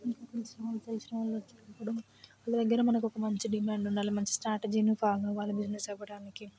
ఇంకా తెలిసిన వాళ్ళు తెలిసిన వాళ్ళు వచ్చినప్పుడు వాళ్ళ దగ్గర మనకు ఒక మంచి డిమాండ్ ఉండాలి మంచి స్ట్రాటజీని ఫాలో అవ్వాలి బిజినెస్ అవ్వడానికి